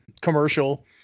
commercial